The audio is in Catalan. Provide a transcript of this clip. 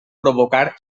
provocar